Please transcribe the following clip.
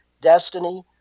destiny